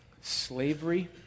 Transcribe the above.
slavery